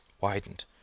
widened